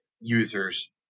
users